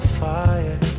fire